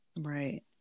Right